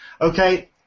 Okay